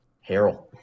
Harold